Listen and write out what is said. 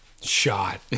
Shot